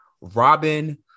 Robin